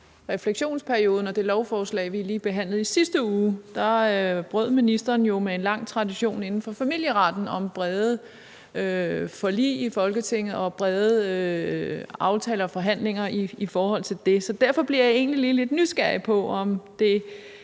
i forbindelse med det lovforslag, vi behandlede i sidste uge om refleksionsperioden – med en lang tradition inden for familieretten om brede forlig i Folketinget og brede aftaler og forhandlinger i forhold til det. Så derfor bliver jeg egentlig lige lidt nysgerrig på, om det